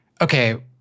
okay